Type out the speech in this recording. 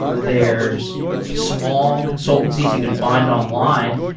there's small consultancies you can find online.